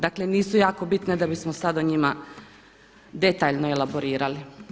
Dakle nisu jako bitne da bismo sada o njima detaljno elaborirali.